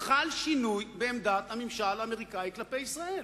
חל שינוי בעמדת הממשל האמריקני כלפי ישראל